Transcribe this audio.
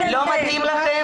לא מתאים לכם?